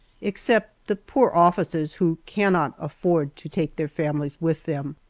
except the poor officers who cannot afford to take their families with them.